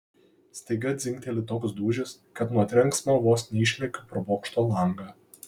staiga dzingteli toks dūžis kad nuo trenksmo vos neišlekiu pro bokšto langą